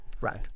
Right